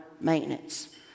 maintenance